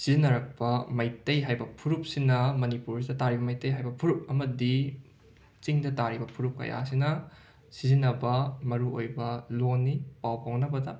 ꯁꯤꯖꯤꯟꯅꯔꯛꯄ ꯃꯩꯇꯩ ꯍꯥꯏꯕ ꯐꯨꯔꯨꯞꯁꯤꯅ ꯃꯅꯤꯄꯨꯔꯁꯤꯗ ꯇꯥꯔꯤꯕ ꯃꯩꯇꯩ ꯍꯥꯏꯕ ꯐꯨꯔꯨꯞ ꯑꯃꯗꯤ ꯆꯤꯡꯗ ꯇꯥꯔꯤꯕ ꯐꯨꯔꯨꯞ ꯀꯌꯥꯁꯤꯅ ꯁꯤꯖꯤꯟꯅꯕ ꯃꯔꯨꯑꯣꯏꯕ ꯂꯣꯟꯅꯤ ꯄꯥꯎ ꯐꯥꯎꯅꯕꯗ